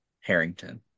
Harrington